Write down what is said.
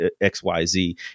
XYZ